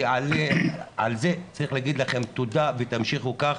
שעל זה צריך להגיד לכם תודה ותמשיכו כך.